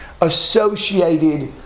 associated